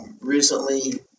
recently